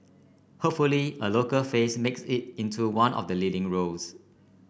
hopefully a local face makes it into one of the leading roles